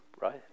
Right